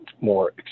more